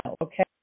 okay